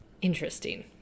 interesting